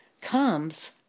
comes